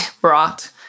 brought